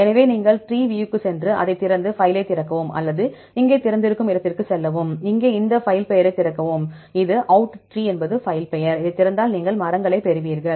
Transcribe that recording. எனவே நீங்கள் ட்ரீவியூவுக்குச் சென்று அதைத் திறந்து பைலை திறக்கவும் அல்லது இங்கே திறந்திருக்கும் இடத்திற்குச் செல்லவும் இங்கே இந்த பைல் பெயரைத் திறக்கவும் இங்கே அவுட் ட்ரீ என்பது பைல் பெயர் இதைத் திறந்தால் நீங்கள் மரங்களைப் பெறுவீர்கள்